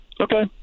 Okay